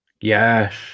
Yes